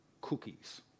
cookies